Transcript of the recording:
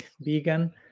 vegan